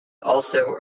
also